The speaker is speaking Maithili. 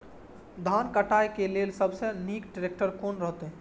धान काटय के लेल सबसे नीक ट्रैक्टर कोन रहैत?